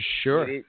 sure